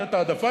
ולתת העדפה,